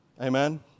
Amen